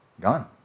Gone